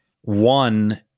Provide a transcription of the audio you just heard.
One